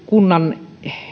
kunnan